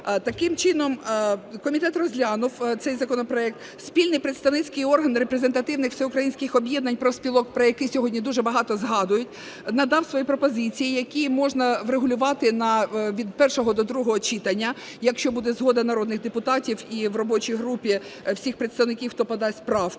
Таким чином комітет розглянув цей законопроект. Спільний представницький орган репрезентативних всеукраїнських об'єднань профспілок, про які сьогодні дуже багато згадують, надав свої пропозиції, які можна врегулювати від першого до другого читання, якщо буде згода народних депутатів і в робочій групі всіх представників, хто подасть правку.